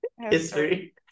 history